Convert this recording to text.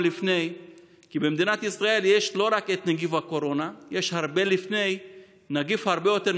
אני מקווה שנתגבר די מהר על העניין